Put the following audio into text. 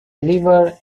lever